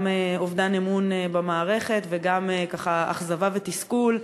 גם אובדן אמון במערכת וגם אכזבה ותסכול.